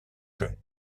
jeu